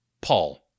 Paul